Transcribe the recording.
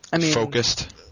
Focused